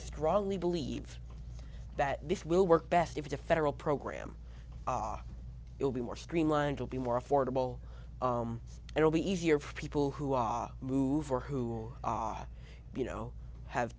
strongly believe that this will work best if the federal program will be more streamlined will be more affordable and will be easier for people who are move or who are you know have